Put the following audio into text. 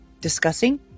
discussing